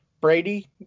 Brady